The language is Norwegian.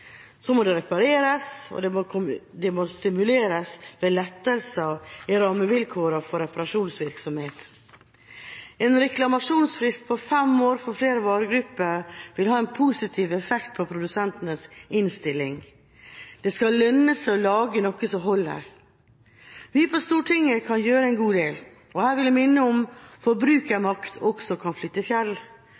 så sant dette er mulig, kan repareres, og dette bør stimuleres ved lettelser i rammevilkårene for reparasjonsvirksomhet. En reklamasjonsfrist på fem år for flere varegrupper vil ha en positiv effekt på produsentenes innstilling. Det skal lønne seg å lage noe som holder. Vi på Stortinget kan gjøre en god del, men her vil jeg minne om at forbrukermakt også kan flytte fjell.